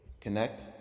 Connect